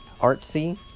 Artsy